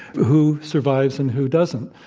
who survives, and who doesn't?